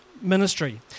ministry